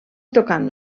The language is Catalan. tocant